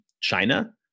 china